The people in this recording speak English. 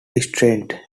strained